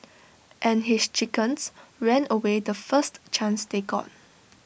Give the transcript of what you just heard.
and his chickens ran away the first chance they got